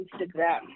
Instagram